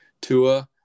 Tua